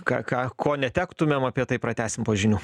ką ką ko netektumėm apie tai pratęsim po žinių